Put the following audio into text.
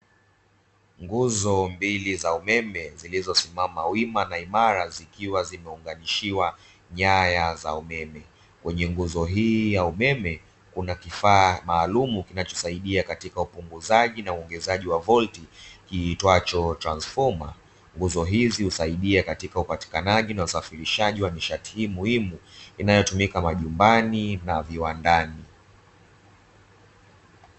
Nguzo mbili za umeme zilizosimama wima na imara zikiwa zimeunganishiwa nyaya za umeme. Kwenye nguzo hii ya umeme kuna kifaa maalumu, kinachosaidia katika upunguzaji na uongezaji wa volti kiitwacho transifoma. Nguzo hizi husaidia katika upatikanaji na usafirishaji wa nishati hii muhimu inayotumika majumbani na viwandani.